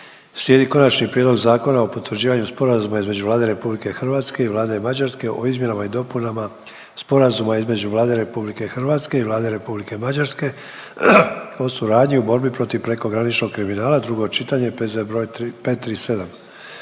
slijedi: - Konačni prijedlog Zakona o potvrđivanju Sporazuma između Vlade Republike Hrvatske i Vlade Mađarske o izmjenama i dopunama Sporazuma između Vlade Republike Hrvatske i Vlade Republike Mađarske o suradnji u borbi protiv prekograničnog kriminala, drugo čitanje, broj P.Z.